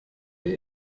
der